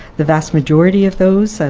the vast majority of those, so